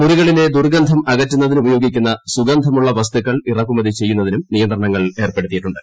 മുറികളിലെ ദുർഗന്ധം അകറ്റുന്നതിന് ഉപയോഗിക്കുന്നൂ സുഗുന്ധമുള്ള വസ്തുക്കൾ ഇറക്കുമതി ചെയ്യുന്നതിനും നിയന്ത്രണങ്ങൾ ഏർപ്പെടുത്തിയിട്ടുണ്ട്